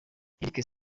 enric